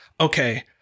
okay